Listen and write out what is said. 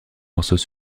morceaux